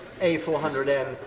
A400M